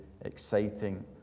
exciting